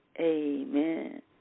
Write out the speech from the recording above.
amen